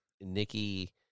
Nikki